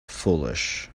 foolish